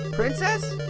princess?